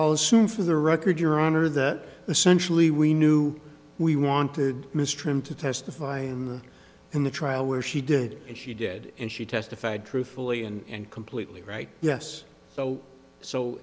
assume for the record your honor that essentially we knew we wanted mr him to testify in the in the trial where she did and she did and she testified truthfully and completely right yes so